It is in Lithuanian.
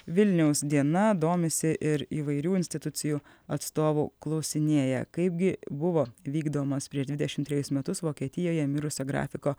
vilniaus diena domisi ir įvairių institucijų atstovų klausinėja kaipgi buvo vykdomas prieš dvidešim trejus metus vokietijoje mirusio grafiko